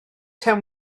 taw